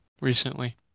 recently